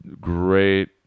great